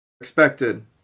expected